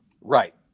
Right